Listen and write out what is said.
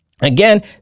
Again